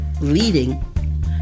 leading